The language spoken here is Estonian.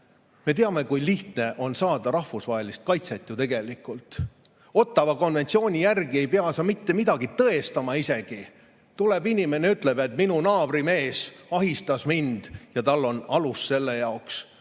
Me teame, kui lihtne on tegelikult saada rahvusvahelist kaitset. Ottawa konventsiooni järgi ei pea sa mitte midagi tõestama isegi. Tuleb inimene ja ütleb, et tema naabrimees ahistas teda, ja tal on alus selle jaoks